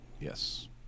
Yes